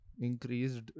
increased